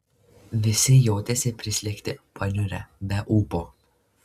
visi jautėsi prislėgti paniurę be ūpo